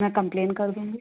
मैं कंप्लेन कर दूँगी